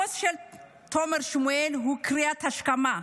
הפוסט של תומר שמואל הוא קריאת השכמה.